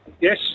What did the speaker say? Yes